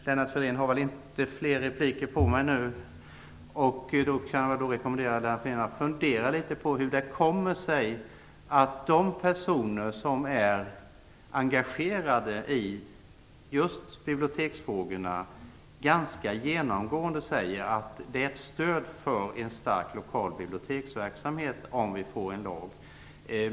Lennart Fridén har inte flera repliker, men jag kan rekommendera honom att fundera på hur det kommer sig att de personer som är engagerade i just biblioteksfrågorna ganska genomgående säger att en lag ger stöd för en stark lokal biblioteksverksamhet.